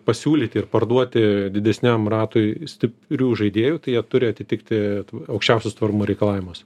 pasiūlyti ir parduoti didesniam ratui stiprių žaidėjų tai jie turi atitikti aukščiausius tvarumo reikalavimus